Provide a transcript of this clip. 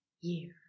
year